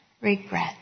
regret